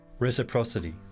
Reciprocity